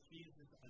Jesus